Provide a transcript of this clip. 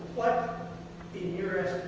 what in your